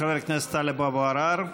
חבר הכנסת טלב אבו עראר.